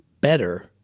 better